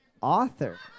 author